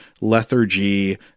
lethargy